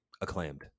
acclaimed